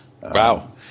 Wow